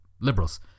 liberals